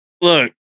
look